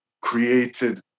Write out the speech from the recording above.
created